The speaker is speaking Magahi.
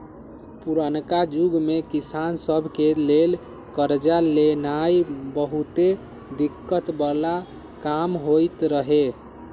पुरनका जुग में किसान सभ के लेल करजा लेनाइ बहुते दिक्कत् बला काम होइत रहै